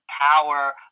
power